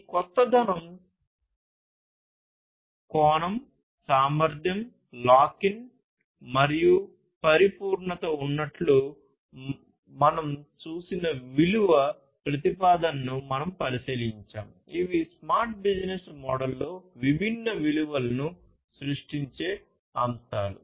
ఈ కొత్తదనం కోణం సామర్థ్యం లాక్ ఇన్ మరియు పరిపూరత ఉన్నట్లు మనం చూసిన విలువ ప్రతిపాదనను మనం పరిశీలించాము ఇవి స్మార్ట్ బిజినెస్ మోడల్లో విభిన్న విలువలను సృష్టించే అంశాలు